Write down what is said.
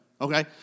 okay